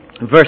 Verse